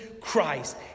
Christ